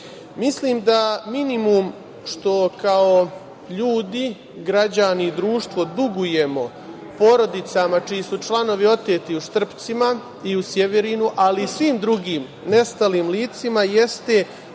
da minimum što kao ljudi, građani i društvo dugujemo porodicama čiji su članovi oteti u Štrpcima i u Sjeverinu, ali i svim drugim nestalim licima, jeste